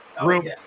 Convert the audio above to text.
room